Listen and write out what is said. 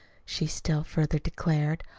she still further declared.